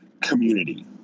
community